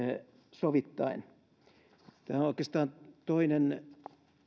sovittaen tämä on oikeastaan toinen